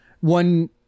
One